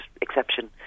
exception